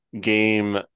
game